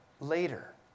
later